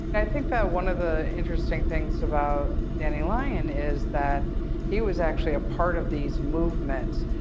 i think that one of the interesting things about danny lyon is that he was actually a part of these movements.